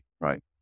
right